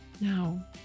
Now